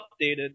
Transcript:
updated